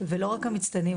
ולא רק המצטיינים,